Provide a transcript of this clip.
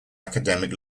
academic